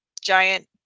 giant